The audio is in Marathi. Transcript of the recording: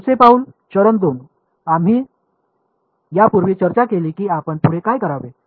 पुढचे पाऊल चरण 2 आम्ही यापूर्वी चर्चा केली की आपण पुढे काय करावे